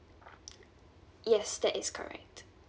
yes that is correct